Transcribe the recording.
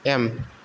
M